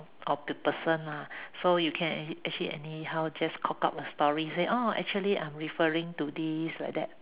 or the person lah so you can actually anyhow just cock up a story say oh actually I'm referring to this like that